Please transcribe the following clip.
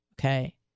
okay